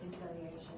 reconciliation